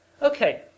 Okay